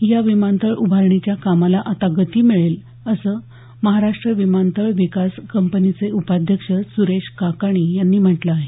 या विमानतळ उभारणीच्या कामाला आता गती मिळेल असं महाराष्ट विमानतळ विकास कंपनीचे उपाध्यक्ष सुरेश काकाणी यांनी म्हटलं आहे